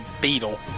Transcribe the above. beetle